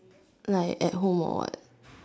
like at home or what